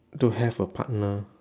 to have a partner